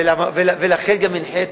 לכן גם הנחיתי,